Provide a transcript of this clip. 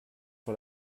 sur